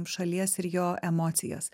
šalies ir jo emocijas